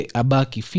abaki